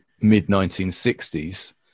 mid-1960s